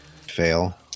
fail